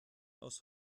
aus